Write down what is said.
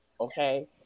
okay